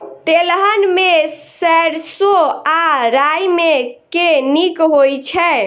तेलहन मे सैरसो आ राई मे केँ नीक होइ छै?